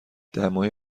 دمای